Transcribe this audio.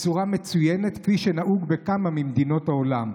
כפי שנהוג בכמה ממדינות העולם.